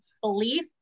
belief